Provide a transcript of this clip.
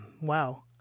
Wow